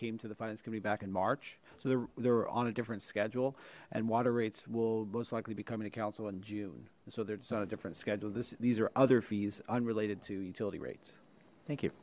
came to the finance can be back in march so they're they're on a different schedule and water rates will most likely be coming a council on june so there's not a different schedule this these are other fees unrelated to utility rates thank